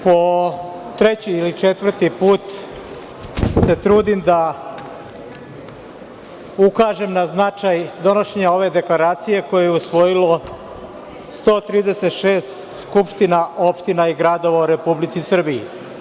Po treći ili četvrti put se trudim da ukažem na značaj donošenja ove deklaracije, koju je usvojilo 136 skupština opština i gradova u Republici Srbiji.